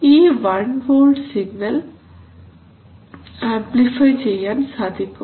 ഈ 1 volt signal amplify ചെയ്യാൻ സാധിക്കും